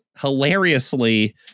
hilariously